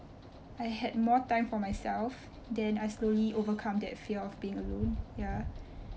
I had more time for myself then I slowly overcome that fear of being alone ya